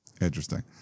interesting